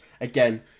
Again